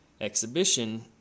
exhibition